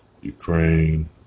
Ukraine